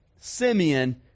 Simeon